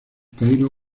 cairo